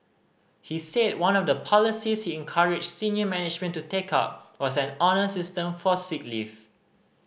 he said one of the policies he encouraged senior management to take up was an honour system for sick leave